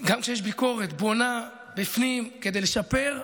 גם כשיש ביקורת בונה בפנים, כדי לשפר,